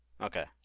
Okay